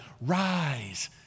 Rise